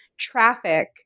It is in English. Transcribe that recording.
Traffic